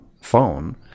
phone